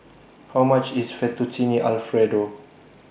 How much IS Fettuccine Alfredo